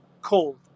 cold